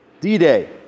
D-Day